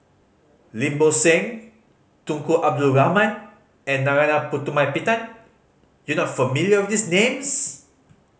Lim Bo Seng Tunku Abdul Rahman and Narana Putumaippittan you not familiar with these names